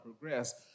progress